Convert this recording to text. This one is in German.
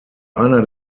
einer